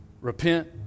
Repent